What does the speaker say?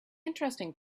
interesting